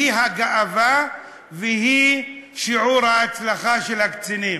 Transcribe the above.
היא הגאווה והיא שיעור ההצלחה של הקצינים.